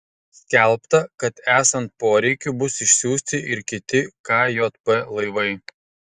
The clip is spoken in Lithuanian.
skelbta kad esant poreikiui bus išsiųsti ir kiti kjp laivai